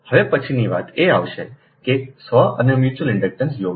હવે પછીની વાત એ આવશે કે સ્વ અને મ્યુચ્યુઅલ ઇન્ડક્ટન્સ યોગ્ય છે